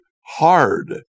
hard